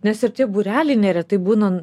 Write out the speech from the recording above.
nes ir tie būreliai neretai būna